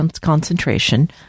concentration